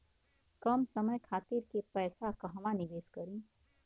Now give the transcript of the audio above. कम समय खातिर के पैसा कहवा निवेश करि?